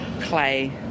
clay